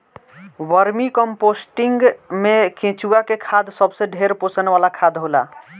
vermi composting में केचुआ के खाद सबसे ढेर पोषण वाला खाद होला